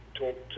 talk